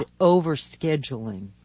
overscheduling